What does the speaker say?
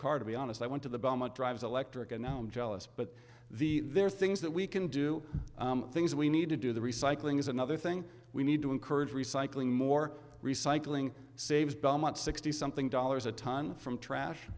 car to be honest i went to the belmont drives electric and now jealous but the there are things that we can do things we need to do the recycling is another thing we need to encourage recycling more recycling saves belmont sixty something dollars a ton from trash